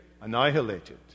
annihilated